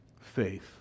faith